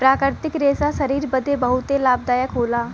प्राकृतिक रेशा शरीर बदे बहुते लाभदायक होला